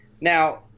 Now